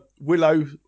willow